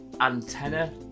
Antenna